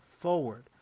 forward